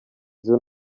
izo